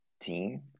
team